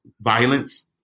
violence